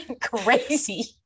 Crazy